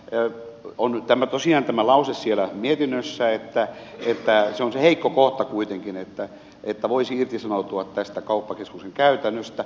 nyt on tosiaan tämä lause siellä mietinnössä että se on se heikko kohta kuitenkin että voisi irtisanoutua tästä kauppakeskuksen käytännöstä